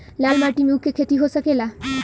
लाल माटी मे ऊँख के खेती हो सकेला?